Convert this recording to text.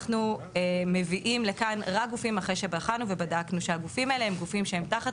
אנחנו מביאים לכאן רק גופים אחרי שבחנו ובדקנו שהגופים האלה הם גופים תחת